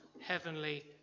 Heavenly